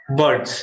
birds